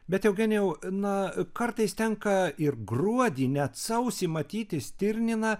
bet eugenijau na kartais tenka ir gruodį net sausį matyti stirniną